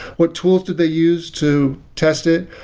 what tools did they use to test it?